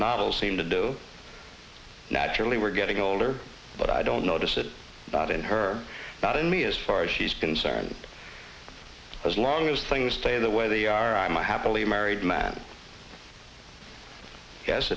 novels seem to do naturally we're getting older but i don't notice it not in her not in me as far as she's concerned as long as things stay the way they are i'm a happily married man yes